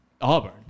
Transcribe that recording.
Auburn